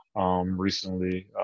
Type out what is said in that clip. recently